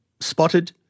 spotted